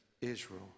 Israel